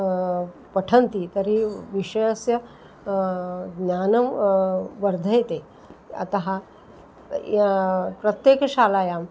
पठन्ति तर्हि विषयस्य ज्ञानं वर्धते अतः य प्रत्येकशालायां